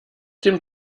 dem